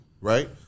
right